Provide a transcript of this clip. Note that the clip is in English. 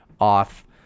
off